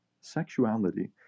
Sexuality